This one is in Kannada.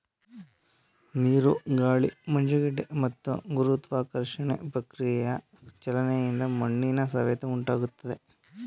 ನೀರು ಗಾಳಿ ಮಂಜುಗಡ್ಡೆ ಮತ್ತು ಗುರುತ್ವಾಕರ್ಷಣೆ ಪ್ರತಿಕ್ರಿಯೆಯ ಚಲನೆಯಿಂದ ಮಣ್ಣಿನ ಸವೆತ ಉಂಟಾಗ್ತದೆ